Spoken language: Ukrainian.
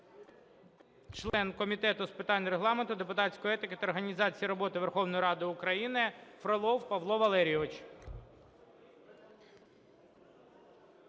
член Комітету з питань Регламенту, депутатської етики та організації роботи Верховної Ради України Фролов Павло Валерійович.